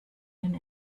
and